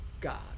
God